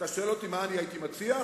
אתה שואל אותי מה הייתי מציע,